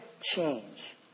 change